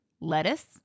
lettuce